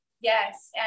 Yes